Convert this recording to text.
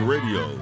Radio